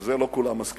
על זה לא כולם מסכימים,